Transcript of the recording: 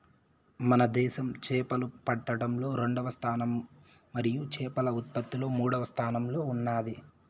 మన దేశం చేపలు పట్టడంలో రెండవ స్థానం మరియు చేపల ఉత్పత్తిలో మూడవ స్థానంలో ఉన్నాది